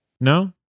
No